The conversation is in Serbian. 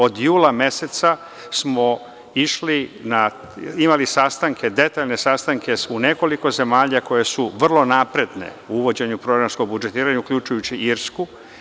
Od jula meseca smo imali detaljne sastanke u nekoliko zemalja koje su vrlo napredne u uvođenju programskog budžetiranja, uključujući i Irsku.